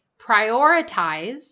prioritize